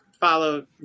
follow